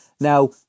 Now